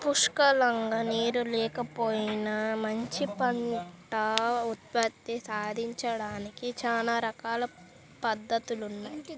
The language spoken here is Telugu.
పుష్కలంగా నీరు లేకపోయినా మంచి పంట ఉత్పత్తి సాధించడానికి చానా రకాల పద్దతులున్నయ్